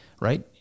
right